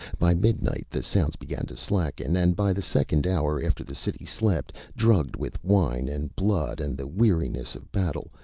by midnight the sounds began to slacken, and by the second hour after the city slept, drugged with wine and blood and the weariness of battle.